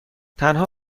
تنها